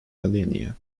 millennia